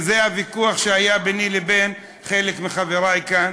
וזה הוויכוח שהיה ביני לבין חלק מחברי כאן: